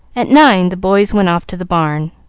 at nine the boys went off to the barn,